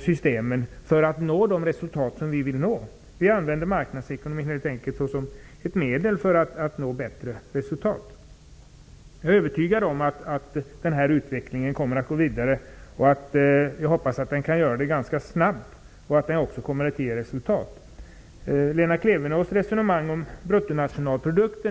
systemen för att nå de resultat som vi vill nå. Vi använder helt enkelt marknadsekonomin som ett medel för att nå bättre resultat. Jag är övertygad om att den här utvecklingen kommer att gå vidare. Jag hoppas att den kan göra det ganska snabbt och att den också kommer att ge resultat. Lena Klevenås förde ett resonemang om bruttonationalprodukten.